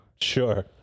Sure